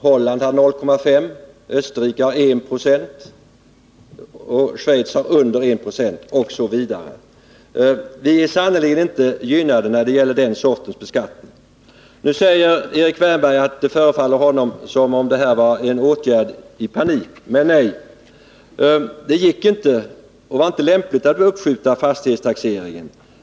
Holland har 0,5 26, Österrike har 126, Schweiz har under 1 2 osv. Vi är sannerligen inte gynnade när det gäller den sortens beskattning. Nu säger Erik Wärnberg att det förefaller honom som om det här var en åtgärd i panik. Men nej. Det var inte lämpligt att uppskjuta fastighetstaxeringen.